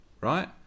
right